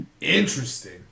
Interesting